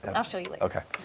and i'll show you later. ok,